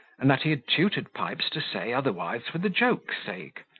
and that he had tutored pipes to say otherwise for the joke's sake.